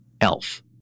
Elf